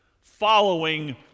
following